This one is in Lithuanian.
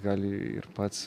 gali ir pats